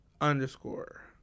underscore